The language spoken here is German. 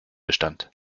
bestand